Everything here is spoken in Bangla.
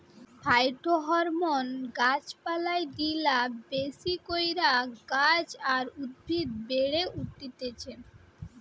ফাইটোহরমোন গাছ পালায় দিলা বেশি কইরা গাছ আর উদ্ভিদ বেড়ে উঠতিছে